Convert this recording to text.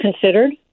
considered